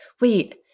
wait